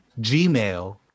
Gmail